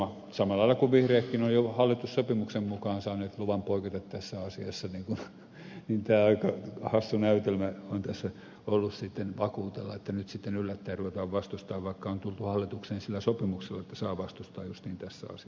samalla lailla kun vihreätkin olivat hallitussopimuksen mukaan saaneet luvan poiketa tässä asiassa niin aika hassu näytelmä on tässä ollut sitten vakuutella että nyt sitten yllättäin ruvetaan vastustamaan vaikka on tultu hallitukseen sillä sopimuksella että saa vastustaa justiin tässä asiassa